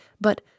But